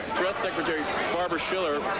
press secretary barbara schiller. ah,